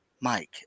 Mike